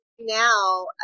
Now